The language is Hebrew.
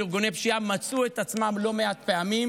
ארגוני פשיעה מצאו את עצמם לא מעט פעמים